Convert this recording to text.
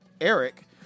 Eric